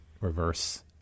reverse